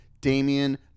damian